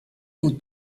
aux